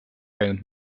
käinud